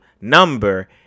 number